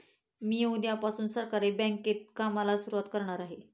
मी उद्यापासून सहकारी बँकेत कामाला सुरुवात करणार आहे